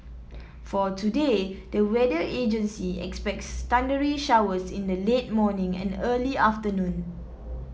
for today the weather agency expects thundery showers in the late morning and early afternoon